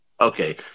Okay